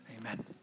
amen